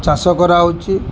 ଚାଷ କରାହେଉଛି